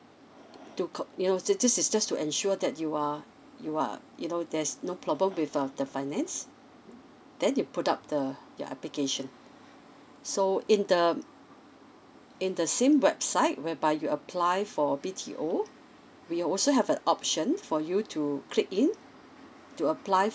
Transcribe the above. to co you know this is just to ensure that you are you are you know there's no problem with uh the finance then you put up the yeah application so in the in the same website whereby you apply for B_T_O we will also have an option for you to click in to apply